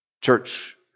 Church